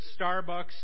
Starbucks